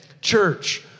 Church